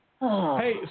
Hey